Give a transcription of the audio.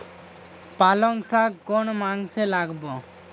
পালংশাক কোন মাসে লাগাব?